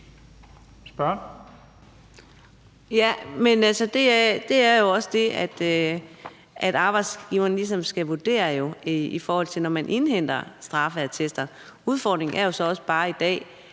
Det er jo også det, som arbejdsgiverne skal vurdere, når de indhenter straffeattester. Udfordringen i dag er jo så også bare, at